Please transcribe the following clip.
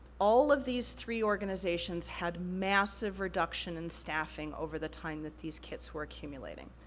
all of these three organizations had massive reduction in staffing over the time that these kits were accumulating.